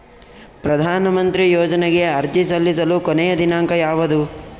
ಪ್ರಧಾನ ಮಂತ್ರಿ ಯೋಜನೆಗೆ ಅರ್ಜಿ ಸಲ್ಲಿಸಲು ಕೊನೆಯ ದಿನಾಂಕ ಯಾವದು?